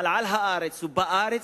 אבל על הארץ ובארץ,